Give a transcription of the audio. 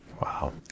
Wow